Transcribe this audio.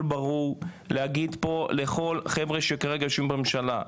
ברור לכל החבר'ה שכרגע יושבים בממשלה,